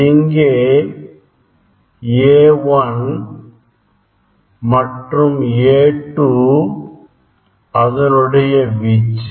இங்கே A1 A2 அதனுடைய வீச்சு